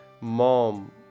Mom